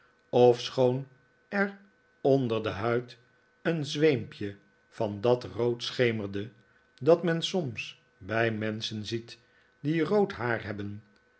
ofschoon er onder de huid een zweempje van dat rood schemerde dat men soms bij menscheh ziet die rood haar hebben